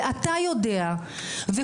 ואתה יודע וכולם,